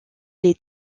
les